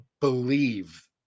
believe